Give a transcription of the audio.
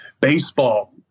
baseball